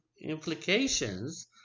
implications